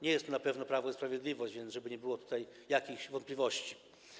Nie jest to na pewno Prawo i Sprawiedliwość, żeby nie było tutaj jakichś wątpliwości.